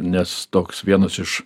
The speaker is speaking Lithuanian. nes toks vienas iš